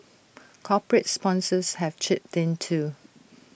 corporate sponsors have chipped in too